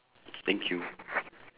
thank you